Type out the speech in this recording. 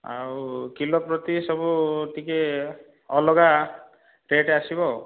ଆଉ କିଲୋ ପ୍ରତି ସବୁ ଟିକିଏ ଅଲଗା ରେଟ୍ ଆସିବ ଆଉ